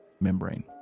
membrane